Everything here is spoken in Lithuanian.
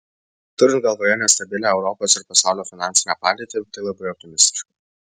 turint galvoje nestabilią europos ir pasaulio finansinę padėtį tai labai optimistiška